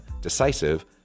decisive